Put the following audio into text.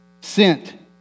sent